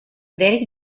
derek